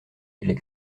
les